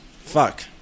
fuck